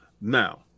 Now